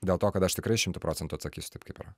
dėl to kad aš tikrai šimtu procentų atsakysiu taip kaip yra